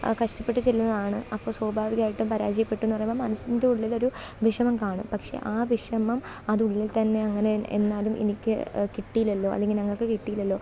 ആ കഷ്ടപ്പെട്ടു ചെല്ലുന്നതാണ് അപ്പോൾ സ്വാഭാവികമായിട്ടും പരാജയപ്പെട്ടു എന്ന് പറയുമ്പം മനസിന്റെ ഉള്ളിലൊരു വിഷമം കാണും പക്ഷെ ആ വിഷമം അതുള്ളില് തന്നെയങ്ങനെ എന്നാലും എനിക്ക് കിട്ടിയില്ലല്ലോ അല്ലെങ്കിൽ ഞങ്ങൾക്ക് കിട്ടിയില്ലല്ലോ